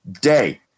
day